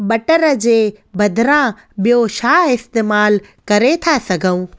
butter जे बदिरां ॿियो छा इस्तैमालु करे था सघूं